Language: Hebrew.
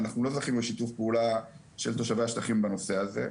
אנחנו לא זכינו לשיתוף פעולה של תושבי השטחים בנושא הזה.